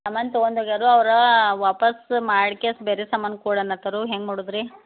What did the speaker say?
ಸಾಮಾನು ತಗೊಂದೊಗ್ಯಾರ ಅವರು ವಾಪಸ್ ಮಾಡ್ಕೇಸ್ ಬೇರೆ ಸಾಮಾನು ಕೊಡನತ್ತಾರು ಹೆಂಗೆ ಮಾಡುದು ರೀ